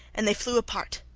and they flew apart.